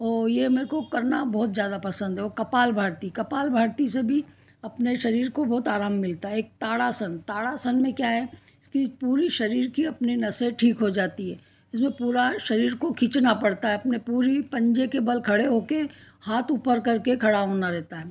और ये मेरे को करना बहुत ज्यादा पसंद है और कपाल भाती कपाल भाती से भी अपने शरीर को बहुत आराम मिलता है एक ताड़ासन ताड़ासन में क्या है की पूरी शरीर की अपनी नसें ठीक हो जाती हैं इसमें पूरा शरीर को खींचना पड़ता है अपने पूरी पंजे के बल खड़े होकर हाथ ऊपर करके खड़ा होना रहता है